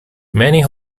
many